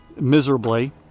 miserably